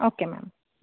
okay ma'am